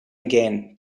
again